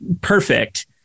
perfect